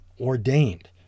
ordained